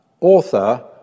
author